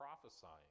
prophesying